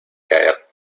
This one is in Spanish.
caer